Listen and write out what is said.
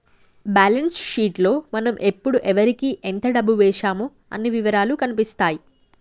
balance sheet లో మనం ఎప్పుడు ఎవరికీ ఎంత డబ్బు వేశామో అన్ని ఇవరాలూ కనిపిత్తాయి